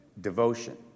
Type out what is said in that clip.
devotion